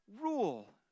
rule